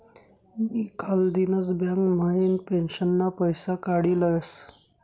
मी कालदिनच बँक म्हाइन पेंशनना पैसा काडी लयस